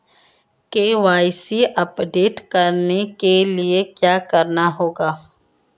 KYC update करने के लिए क्या करना होगा?